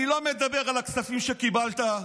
אני לא מדבר על הכספים שקיבלת,